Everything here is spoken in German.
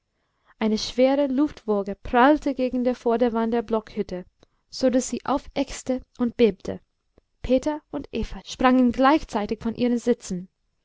eine schwere luftwoge prallte gegen die vorderwand der blockhütte so daß sie aufächzte und bebte peter und eva sprangen gleichzeitig von ihren sitzen